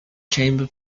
chamber